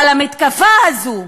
אבל המתקפה הזאת,